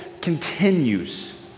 continues